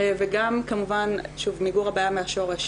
וגם כמובן שוב מיגור הבעיה מהשורש,